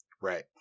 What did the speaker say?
Right